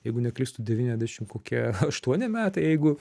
jeigu neklystu devyniadešim kokie aštuoni metai jeigu